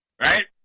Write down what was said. Right